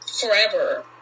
forever